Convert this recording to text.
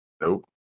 Nope